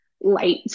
light